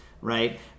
right